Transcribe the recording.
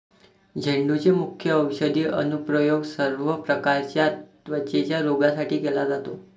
झेंडूचे मुख्य औषधी अनुप्रयोग सर्व प्रकारच्या त्वचेच्या रोगांसाठी केला जातो